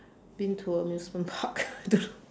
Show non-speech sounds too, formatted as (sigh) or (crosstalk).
been to amusement park (laughs) I don't know